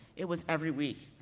it was every week.